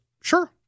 sure